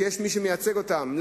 שיש מי שמייצג אותם,